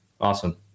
Awesome